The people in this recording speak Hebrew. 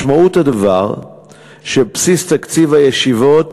משמעות הדבר היא שבסיס תקציב הישיבות